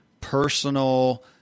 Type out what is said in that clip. personal